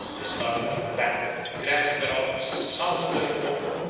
they started from the banquet, grasped their arms, sounded their horn,